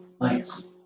Nice